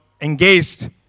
engaged